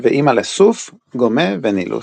ואמא לסוף, גומא ונילוס.